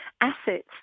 assets